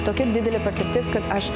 tokia didelė patirtis kad aš